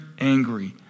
angry